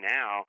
now